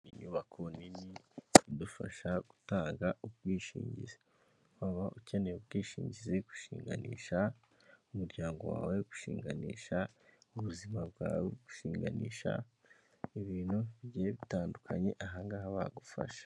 Inyubako nini idufasha gutanga ubwishingizi, waba ukeneye ubwishingizi gushinganisha umuryango wawe, gushinganisha ubuzima bwawe, gushinganisha ibintu bigiye bitandukanye aha ngaha bagufasha.